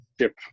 chip